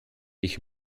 ich